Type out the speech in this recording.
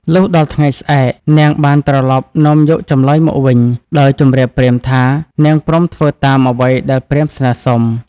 លុះដល់ថ្ងៃស្អែក នាងបានត្រឡប់នាំយកចម្លើយមកវិញ ដោយជម្រាបព្រាហ្មណ៍ថា នាងព្រមធ្វើតាមអ្វីដែលព្រាហ្មណ៍ស្នើសុំ។